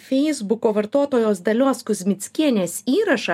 feisbuko vartotojos dalios kuzmickienės įrašą